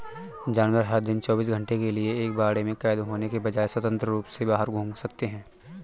जानवर, हर दिन चौबीस घंटे के लिए एक बाड़े में कैद होने के बजाय, स्वतंत्र रूप से बाहर घूम सकते हैं